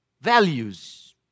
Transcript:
values